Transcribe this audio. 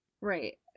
right